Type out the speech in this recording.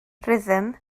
rhythm